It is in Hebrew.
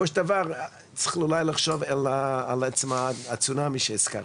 צריכים אולי לחשוב על הצונמי שהזכרת.